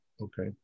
Okay